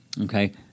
Okay